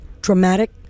dramatic